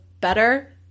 better